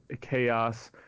chaos